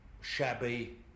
shabby